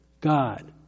God